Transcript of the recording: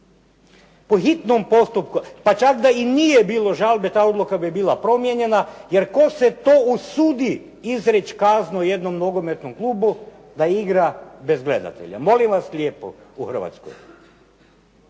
Po hitnom postupku, pa čak i da nije bilo žalbe ta odluka bi bila promijenjena, jer tko se to usudi izreći kaznu jednom nogometnom klubu da igra bez gledatelja. Molim vas lijepo u Hrvatskoj.